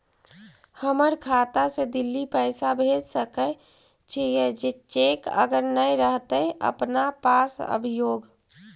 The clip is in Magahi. हमर खाता से दिल्ली पैसा भेज सकै छियै चेक अगर नय रहतै अपना पास अभियोग?